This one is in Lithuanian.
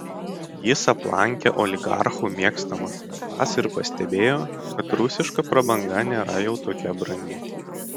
jis aplankė oligarchų mėgstamas vietas ir pastebėjo kad rusiška prabanga nėra jau tokia brangi